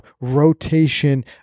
rotation